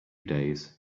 days